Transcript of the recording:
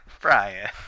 Brian